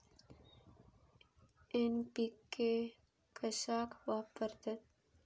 NPK कशाक वापरतत?